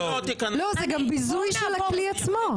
זה גם ביזוי של הכלי עצמו.